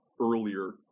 earlier